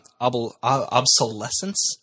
obsolescence